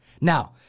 Now